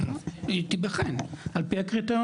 היא תבחן, על פי הקריטריונים.